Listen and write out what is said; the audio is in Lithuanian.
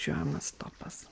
žemas topas